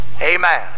amen